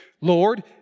Lord